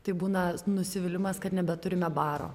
tai būna nusivylimas kad nebeturime baro